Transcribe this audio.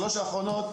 שלוש האחרונות,